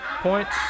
points